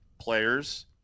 players